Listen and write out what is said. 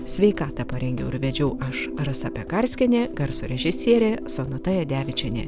sveikatą parengiau ir vedžiau aš rasa pekarskienė garso režisierė sonata jadevičienė